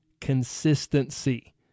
consistency